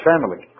family